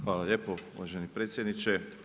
Hvala lijepo uvaženi predsjedniče.